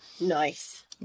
Nice